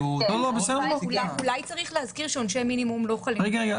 אולי צריך להזכיר שעונשי מינימום לא חלים כאן.